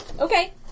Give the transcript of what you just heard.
Okay